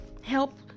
help